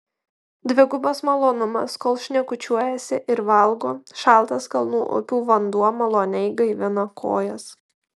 dvigubas malonumas kol šnekučiuojasi ir valgo šaltas kalnų upių vanduo maloniai gaivina kojas